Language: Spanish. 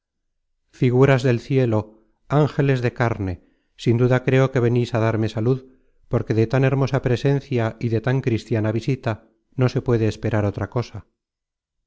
figuras del cielo ángeles de carne sin duda creo que venis á darme salud porque de tan hermosa presencia y de tan cristiana visita no se puede esperar otra cosa